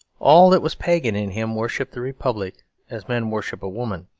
all that was pagan in him worshipped the republic as men worship a woman,